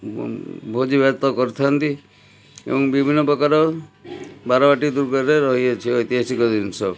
ଭୋଜି ଭାତ କରିଥାଆନ୍ତି ଏବଂ ବିଭିନ୍ନ ପ୍ରକାର ବାରବାଟୀ ଦୁର୍ଗରେ ରହିଅଛି ଏୖତିହାସିକ ଜିନିଷ